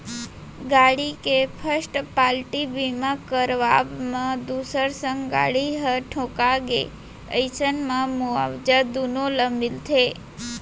गाड़ी के first party बीमा करवाब म दूसर संग गाड़ी ह ठोंका गे अइसन म मुवाजा दुनो ल मिलथे